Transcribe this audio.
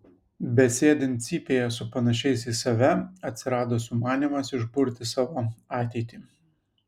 besėdint cypėje su panašiais į save atsirado sumanymas išburti savo ateitį